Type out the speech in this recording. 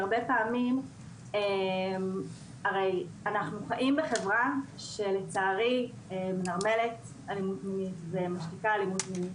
אנחנו חיים בחברה שלצערי מנרמלת ומשתיקה אלימות מינית.